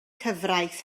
cyfraith